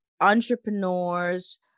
entrepreneurs